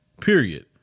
period